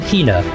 Hina